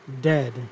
dead